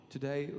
Today